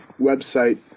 website